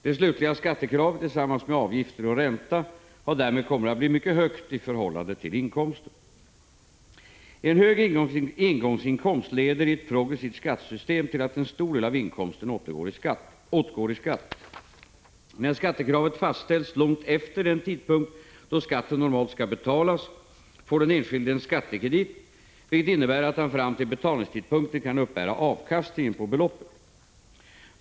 Det slutliga skattekravet tillsammans med avgifter och ränta har därmed kommit att bli mycket högt i förhållande till inkomsten. En hög engångsinkomst leder i ett progressivt skattesystem till att en stor del av inkomsten åtgår i skatt. När skattekravet fastställs långt efter den tidpunkt då skatten normalt skall betalas får den enskilde en skattekredit, vilket innebär att han fram till betalningstidpunkten kan uppbära avkastningen på beloppet.